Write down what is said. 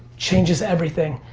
changes everything.